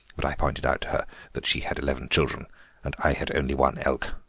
but i pointed out to her that she had eleven children and i had only one elk.